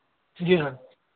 जी sir